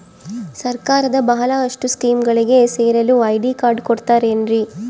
ಸರ್ಕಾರದ ಬಹಳಷ್ಟು ಸ್ಕೇಮುಗಳಿಗೆ ಸೇರಲು ಐ.ಡಿ ಕಾರ್ಡ್ ಕೊಡುತ್ತಾರೇನ್ರಿ?